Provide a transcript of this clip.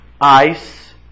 ice